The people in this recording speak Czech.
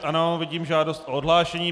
Ano, vidím žádost o odhlášení.